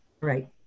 right